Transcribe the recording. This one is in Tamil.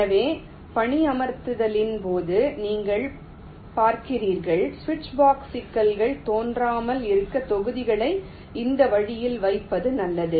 எனவே பணியமர்த்தலின் போது நீங்கள் பார்க்கிறீர்கள் சுவிட்ச்பாக்ஸ் சிக்கல்கள் தோன்றாமல் இருக்க தொகுதிகளை இந்த வழியில் வைப்பது நல்லது